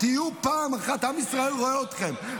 עם ישראל רואה אתכם,